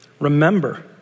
Remember